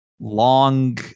long